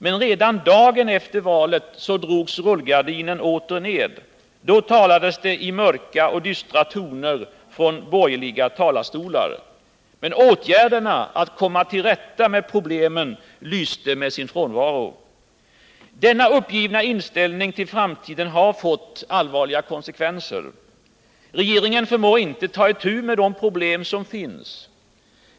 Men redan dagen efter valet drogs rullgardinen åter ned. Då talades det åter i mörka och dystra ord från borgerliga talarstolar, men åtgärderna för att komma till rätta med problemen lyste med sin frånvaro. Denna uppgivna inställning till framtiden har fått allvarliga konsekvenser. Regeringen förmår inte ta itu med de problem som finns.